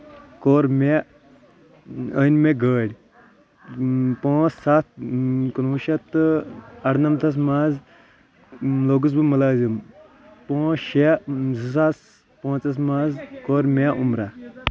کوٚر مےٚ أنۍ مےٚ گٲڈۍ پانٛژھ سَتھ کُنہٕ وُہ شَتھ تہٕ اَرٕنَمَتھس منٛز لوگُس بہٕ مُلٲزِم پانٛژھ شیٚے زٕ ساس پانٛژس منٛز کور مےٚ عمرہ